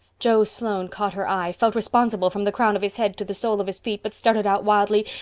joe sloane caught her eye, felt responsible from the crown of his head to the sole of his feet, but stuttered out wildly,